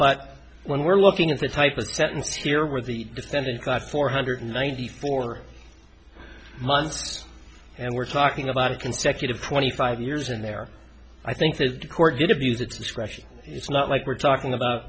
but when we're looking at the type of sentence here where the defendant got four hundred ninety four months and we're talking about a consecutive twenty five years in there i think that the court get abused its discretion it's not like we're talking about